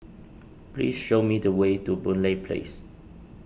please show me the way to Boon Lay Place